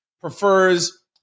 prefers